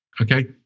Okay